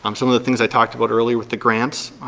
um some of the things i talked about earlier with the grants,